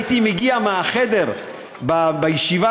הייתי מגיע מהחדר בישיבה,